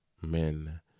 men